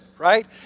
Right